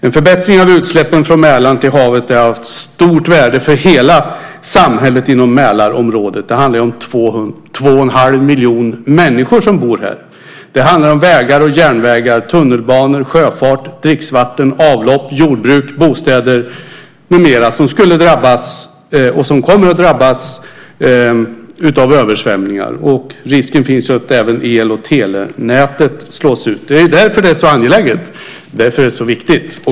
En förbättring av utsläppen från Mälaren till havet är av stort värde för hela samhället inom Mälarområdet. Det handlar ju om 2 1⁄2 miljon människor som bor här. Det handlar om vägar och järnvägar, tunnelbanor, sjöfart, dricksvatten, avlopp, jordbruk, bostäder med mera som skulle drabbas och som kommer att drabbas av översvämningar. Risken finns att även el och telenäten slås ut. Det är därför det är så viktigt.